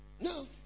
no